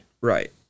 Right